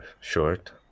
short